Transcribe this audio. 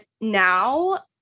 now